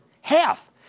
Half